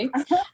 okay